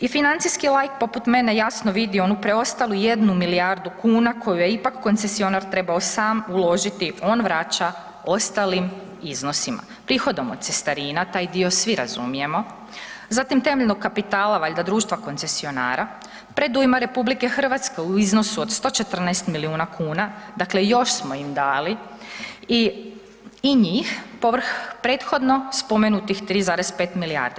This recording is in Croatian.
I financijski laik poput mene jasno vidi onu preostalu jednu milijardu koju je ipak koncesionar trebao sam uložiti, on vraća ostalim iznosima, prihodom od cestarina taj dio svi razumijemo, zatim temeljenog kapitala valjda društva koncesionara, predujma RH u iznosu od 14 milijuna kuna, dakle još smo im dali i njih povrh prethodno spomenutih 3,5 milijarde.